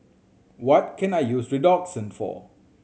what can I use Redoxon for